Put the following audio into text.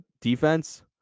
defense